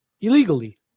illegally